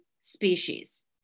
species